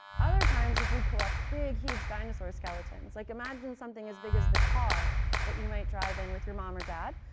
other times if we collect big, huge dinosaur skeletons, like imagine something as big as the car that you might drive in with your mom or dad,